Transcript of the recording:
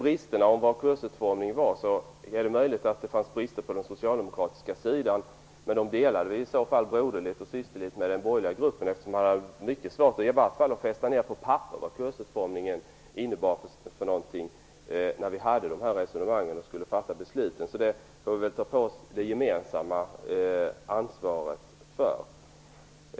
Brister i fråga om vad kursutformning är för någonting kanske det fanns på den socialdemokratiska sidan, men dem delade vi i så fall broderligt och systerligt med den borgerliga gruppen. I vart fall hade ni mycket svårt att fästa ner på papper vad kursutformning innebär. Vi begärde ju det när det fördes resonemang i utskottet. Så bristerna därvidlag får vi ta på oss ett gemensamt ansvar för.